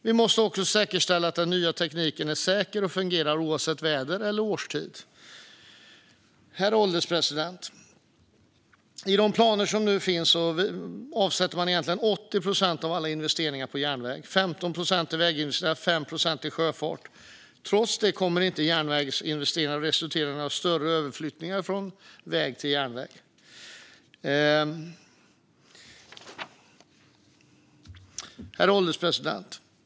Vi måste också säkerställa att den nya tekniken är säker och fungerar oavsett väder eller årstid. Herr ålderspresident! I de planer som nu finns avsätter man egentligen 80 procent av alla investeringar på järnväg, 15 procent till väginvesteringar och 5 procent till sjöfart. Trots det kommer inte järnvägsinvesteringarna att resultera i några större överflyttningar från väg till järnväg. Herr ålderspresident!